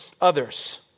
others